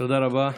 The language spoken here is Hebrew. תודה רבה.